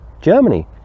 Germany